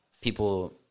People